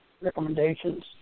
recommendations